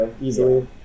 easily